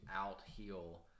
out-heal